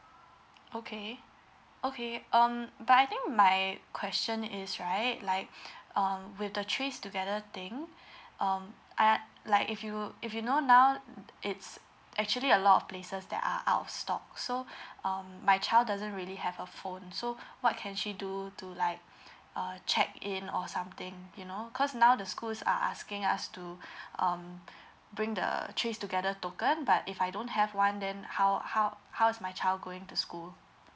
okay okay um but I think my question is right like um with the trace together thing um uh like if you if you know now it's actually a lot of places that are out of stock so um my child doesn't really have a phone so what can she do to like uh check in or something you know cause now the schools are asking us to um bring the trace together token but if I don't have one then how how how is my child going to school